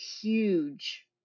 huge